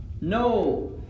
No